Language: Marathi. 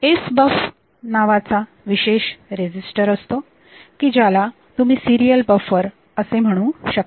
SBUF नावाचा विशेष रेजिस्टर असतो की ज्याला तुम्ही सिरीयल बफर असे म्हणू शकता